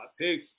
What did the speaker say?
Peace